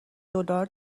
دلار